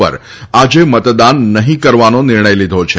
ઉપર આજે મતદાન નહી કરવાનો નિર્ણય લીધો છે